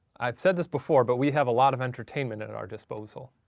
i said this before, but we have a lot of entertainment at at our disposal.